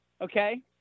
Okay